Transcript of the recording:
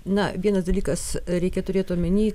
na vienas dalykas reikia turėt omeny